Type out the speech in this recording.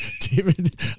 David